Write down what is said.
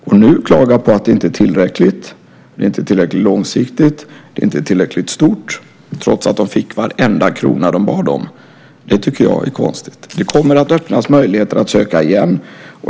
Att nu klaga på att det inte är tillräckligt, inte tillräckligt långsiktigt och stort, trots att de fick varenda krona de bad om tycker jag är konstigt. Det kommer att öppnas möjligheter att söka igen.